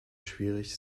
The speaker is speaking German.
schwierig